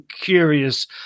curious